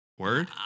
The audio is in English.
Word